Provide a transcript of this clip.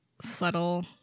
Subtle